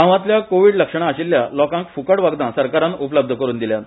गांवातल्या कोविड लक्षणा आशिल्ल्या लोकांक फ्ककट वखदां सरकारान उपलब्ध करून दिल्यात